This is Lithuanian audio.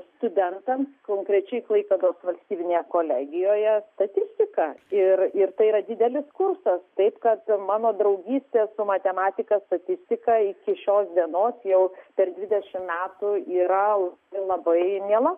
studentams konkrečiai klaipėdos valstybinėje kolegijoje statistiką ir ir tai yra didelis kursas taip kad mano draugystė su matematika statistika iki šios dienos jau per dvidešimt metų yra labai miela